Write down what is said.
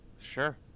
Sure